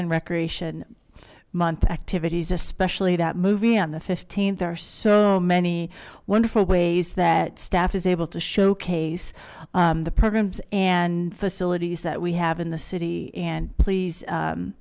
and recreation month activities especially that movie on the fifteen there are so many wonderful ways that staff is able to showcase the programs and facilities that we have in the city and please